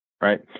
Right